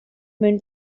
moon